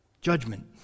Judgment